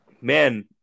man